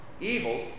Evil